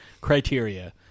criteria